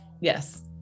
Yes